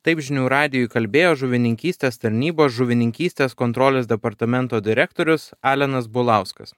taip žinių radijui kalbėjo žuvininkystės tarnybos žuvininkystės kontrolės departamento direktorius alenas bulauskas